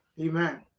Amen